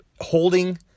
holding